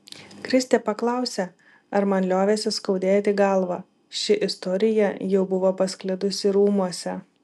kristė paklausė ar man liovėsi skaudėti galvą ši istorija jau buvo pasklidusi rūmuose